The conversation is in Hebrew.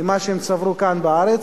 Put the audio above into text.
ומה שהם צברו כאן בארץ,